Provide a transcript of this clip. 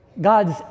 God's